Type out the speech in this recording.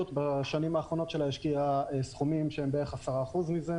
בשנים האחרונות שלה השקיעה סכומים שהם בערך 10% מזה.